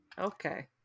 Okay